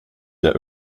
der